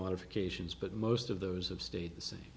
modifications but most of those have stayed the